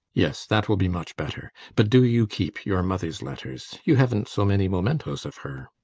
yes, that will be much better. but do you keep your mother's letters you haven't so many mementos of her.